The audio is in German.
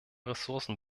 ressourcen